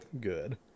good